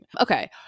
Okay